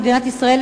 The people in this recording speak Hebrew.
למדינת ישראל,